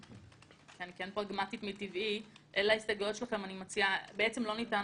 כי אני כן פרגמטית מטבעי בעצם לא ניתן